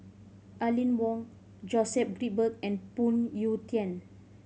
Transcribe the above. Aline Wong Joseph Grimberg and Phoon Yew Tien